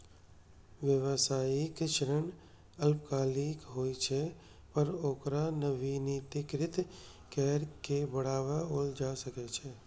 व्यावसायिक ऋण अल्पकालिक होइ छै, पर ओकरा नवीनीकृत कैर के बढ़ाओल जा सकै छै